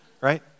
right